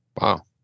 Wow